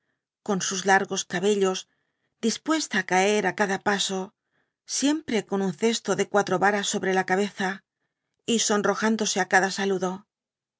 con sus largos cabellos dispuesta á caer i cada paso siempre con un cesto de quatro varas sobre ja cabeza y sonrojándose á cada saludo